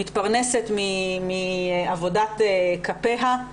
מתפרנסת מעבודת כפיה,